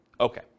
Okay